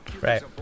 Right